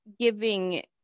giving